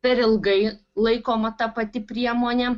per ilgai laikoma ta pati priemonė